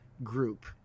group